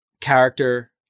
character